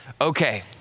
okay